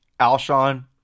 Alshon